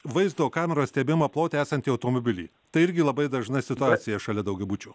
vaizdo kameros stebėjimo plote esantį automobilį tai irgi labai dažna situacija šalia daugiabučių